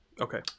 Okay